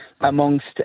amongst